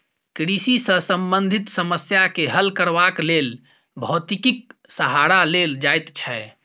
कृषि सॅ संबंधित समस्या के हल करबाक लेल भौतिकीक सहारा लेल जाइत छै